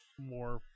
more